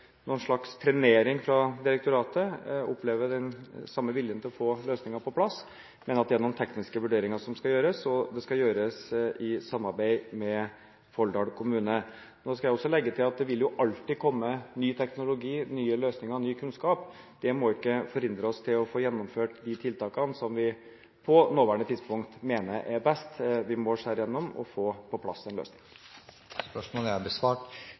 noen slags trenering fra direktoratet, jeg opplever den samme viljen til å få løsninger på plass, men at det er noen tekniske vurderinger som skal gjøres, og det skal gjøres i samarbeid med Folldal kommune. Jeg vil også legge til at det jo alltid vil komme ny teknologi, nye løsninger, ny kunnskap, men det må ikke forhindre oss fra å få gjennomført de tiltakene vi på nåværende tidspunkt mener er best. Vi må skjære igjennom og få på plass en løsning. Dette spørsmålet, fra representanten Tom Staahle til forsvarsministeren, er